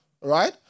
right